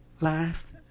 Life